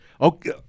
Okay